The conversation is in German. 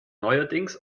neuerdings